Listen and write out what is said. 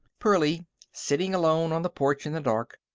pearlie, sitting alone on the porch in the dark,